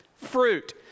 Fruit